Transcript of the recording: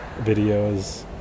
videos